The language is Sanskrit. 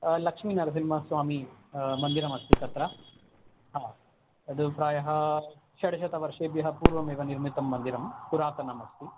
लक्ष्मीनरसिंहस्वामी मन्दिरमस्ति तत्र हा तद् प्रायः षड्शतवर्षेभ्यः पूर्वमेव निर्मितं मन्दिरं पुरातनमस्ति